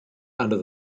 under